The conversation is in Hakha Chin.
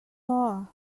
maw